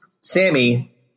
Sammy